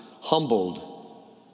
humbled